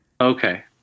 okay